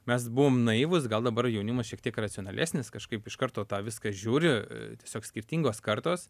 mes buvom naivūs gal dabar jaunimas šiek tiek racionalesnis kažkaip iš karto tą viską žiūri tiesiog skirtingos kartos